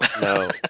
No